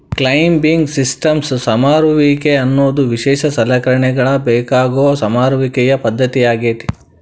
climbing ಸಿಸ್ಟಮ್ಸ್ ಸಮರುವಿಕೆ ಅನ್ನೋದು ವಿಶೇಷ ಸಲಕರಣೆಗಳ ಬೇಕಾಗೋ ಸಮರುವಿಕೆಯ ಪದ್ದತಿಯಾಗೇತಿ